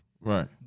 Right